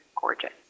gorgeous